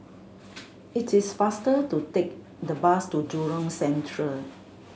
it is faster to take the bus to Jurong Central